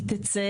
היא לא תצא,